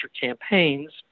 campaigns